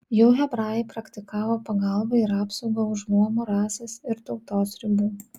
jau hebrajai praktikavo pagalbą ir apsaugą už luomo rasės ir tautos ribų